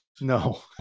No